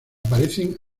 aparecen